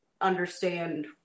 understand